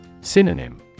Synonym